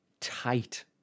tight